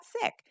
sick